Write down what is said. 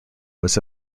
was